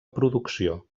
producció